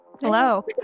Hello